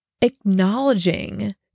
acknowledging